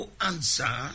Answer